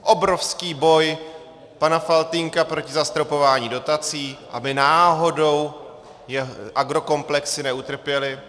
Obrovský boj pana Faltýnka proti zastropování dotací, aby náhodou agrokomplexy neutrpěly.